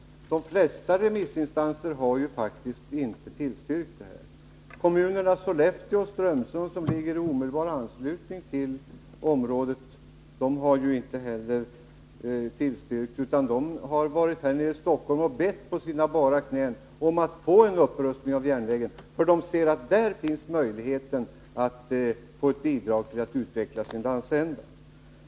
De flesta remissinstanser har faktiskt inte tillstyrkt förslaget. Kommunerna Sollefteå och Strömsund, som ligger i omedelbar anslutning till området, har inte heller tillstyrkt förslaget, utan de har varit här nere i Stockholm och bett på sina bara knän om en upprustning av järnvägen. De inser att detta skulle kunna bidra till att man fick möjligheter att utveckla denna landsända.